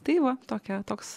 tai va tokia toks